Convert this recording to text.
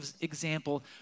example